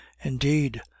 indeed